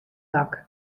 dak